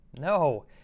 No